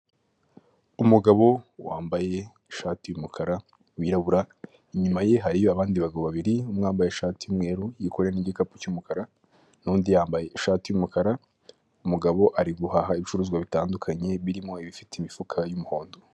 Umugabo wambaye ishati y'umukara wirabura; inyuma ye hari abandi bagabo babiri umwe yambaye ishati y'umweru yikorera n'igikapu cy'umukara; nundi yambaye ishati y'umukara umugabo ari guhaha ibicuruzwa bitandukanye birimo ibifite imifuka y'umuhondo.